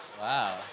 Wow